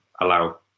allow